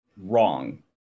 wrong